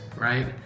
right